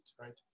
right